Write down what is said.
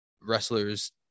wrestlers